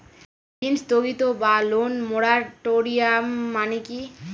ঋণ স্থগিত বা লোন মোরাটোরিয়াম মানে কি?